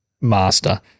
master